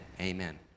Amen